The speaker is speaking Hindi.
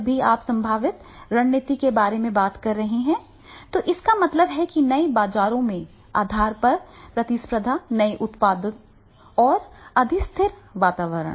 जब भी आप संभावित रणनीति के बारे में बात कर रहे हैं तो इसका मतलब है कि नए बाजारों के आधार पर प्रतिस्पर्धा नए उत्पादों और अस्थिर वातावरण